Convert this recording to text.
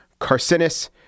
carcinus